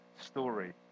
story